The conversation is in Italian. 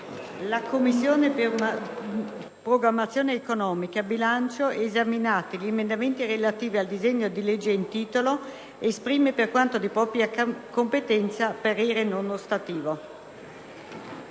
«La Commissione programmazione economica, bilancio, esaminati gli emendamenti relativi al disegno di legge in titolo, esprime, per quanto di propria competenza, parere non ostativo».